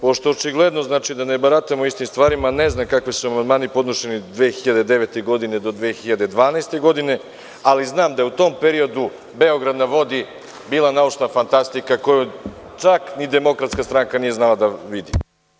Pošto je očigledno da ne baratamo istim stvarima, ne znam kakvi su amandmani podnošeni 2009. do 2012. godine, ali znam da je u tom periodu „Beograd na vodi“ bila naučna fantastika koju čak ni Demokratska stranka nije znala da vidi.